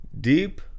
Deep